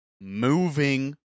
moving